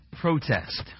protest